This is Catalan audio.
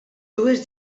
dues